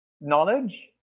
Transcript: knowledge